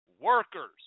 workers